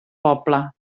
poble